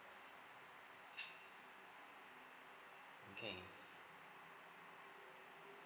okay